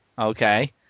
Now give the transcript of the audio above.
okay